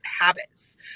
habits